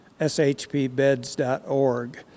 shpbeds.org